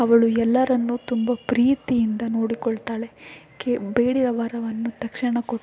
ಅವಳು ಎಲ್ಲರನ್ನು ತುಂಬ ಪ್ರೀತಿಯಿಂದ ನೋಡಿಕೊಳ್ತಾಳೆ ಕೆ ಬೇಡಿದವರ ವರವನ್ನು ತಕ್ಷಣ ಕೊಟ್ಟು